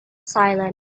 silent